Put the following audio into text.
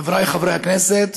חבריי חברי הכנסת,